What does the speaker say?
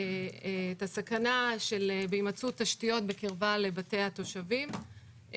הסכנה של הימצאות תשתיות בקרבה לבתי התושבים.